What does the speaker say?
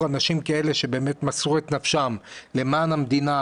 אנשים כאלה שמסרו את נפשם למען המדינה,